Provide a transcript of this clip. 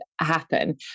happen